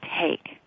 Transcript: take